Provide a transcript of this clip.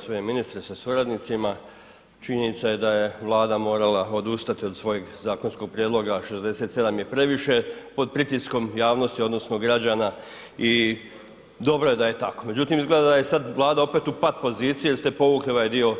G. ministre sa suradnicima, činjenica je da je Vlada morala odustati od svojeg zakonskog prijedloga „67 je previše“ pod pritiskom javnosti odnosno građana i dobro je da je tako međutim izgleda da je sad Vlada opet u pat poziciji i da ste povukli ovaj dio